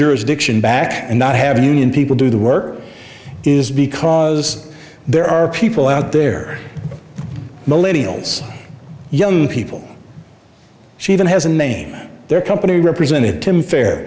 jurisdiction back and not have union people do the work is because there are people out there young people she even has a name their company representative in fair